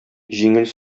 җиңел